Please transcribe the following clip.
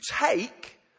take